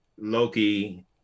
Loki